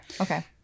okay